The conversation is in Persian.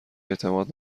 اعتماد